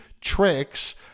tricks